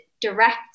direct